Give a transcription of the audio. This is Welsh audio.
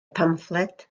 pamffled